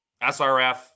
SRF